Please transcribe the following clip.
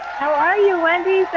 how are you, wendy?